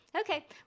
Okay